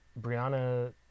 Brianna